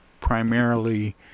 primarily